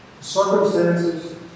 Circumstances